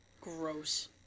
Gross